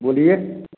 बोलिये